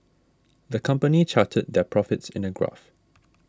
the company charted their profits in a graph